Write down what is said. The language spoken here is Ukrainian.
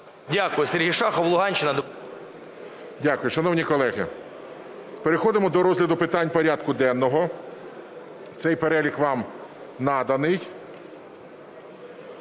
Дякую. Сергій Шахов, Луганщина… ГОЛОВУЮЧИЙ. Дякую. Шановні колеги, переходимо до розгляду питань порядку денного, цей перелік вам наданий.